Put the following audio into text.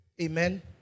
Amen